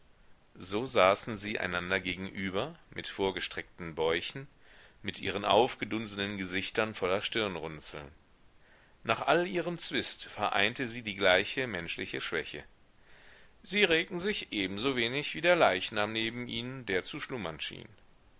so saßen sie einander gegenüber mit vorgestreckten bäuchen mit ihren aufgedunsenen gesichtern voller stirnrunzeln nach all ihrem zwist vereinte sie die gleiche menschliche schwäche sie regten sich ebensowenig wie der leichnam neben ihnen der zu schlummern schien